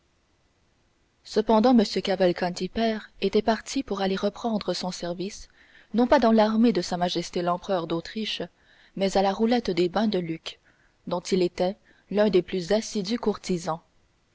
cependant m cavalcanti père était parti pour aller reprendre son service non pas dans l'armée de s m l'empereur d'autriche mais à la roulette des bains de lucques dont il était l'un des plus assidus courtisans